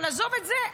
אבל עזוב את זה,